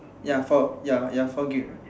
ya four ya ya four gift